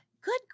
good